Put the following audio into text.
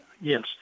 Yes